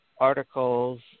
articles